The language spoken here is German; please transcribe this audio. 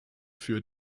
für